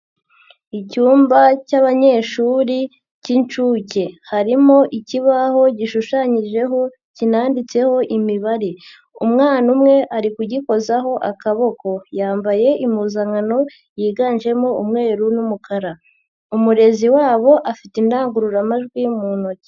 Icyumba cy'abanyeshuri cy'inshuke harimo ikibaho gishushanyijeho kinanditseho imibare, umwana umwe ari kugikozaho akaboko, yambaye impuzankano yiganjemo umweru n'umukara, umurezi wabo afite indangururamajwi mu ntoki.